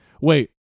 Wait